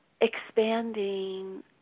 expanding